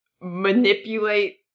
manipulate